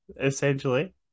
essentially